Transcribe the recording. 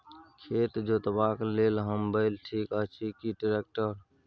खेत जोतबाक लेल हल बैल ठीक अछि की ट्रैक्टर?